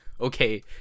Okay